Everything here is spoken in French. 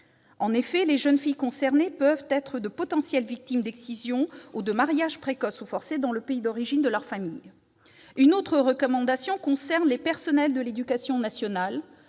En effet, les jeunes filles concernées peuvent être de potentielles victimes d'excision ou de mariage précoce ou forcé dans le pays d'origine de leur famille. Une autre recommandation concerne les personnels de l'éducation nationale.